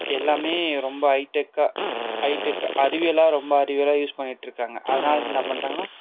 எல்லாமே ரொம்ப ஐ டெக்கா ஐ டெக் அறிவியலாக ரொம்ப அறிவியலாக யூஸ் பண்ணிட்டுருக்காங்க அதனால் என்ன பண்றாங்கன்னா